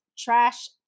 Trash